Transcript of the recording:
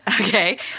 Okay